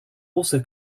also